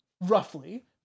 roughly